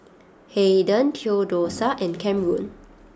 Hayden Theodosia and Camron